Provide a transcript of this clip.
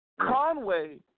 Conway